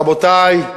רבותי,